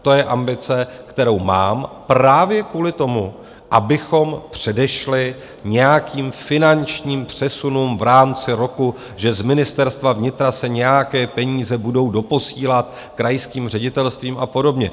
To je ambice, kterou mám právě kvůli tomu, abychom předešli nějakým finančním přesunům v rámci roku, že z Ministerstva vnitra se nějaké peníze budou doposílat krajským ředitelstvím a podobně.